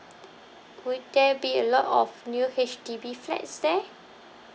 would there be a lot of new H_D_B flats there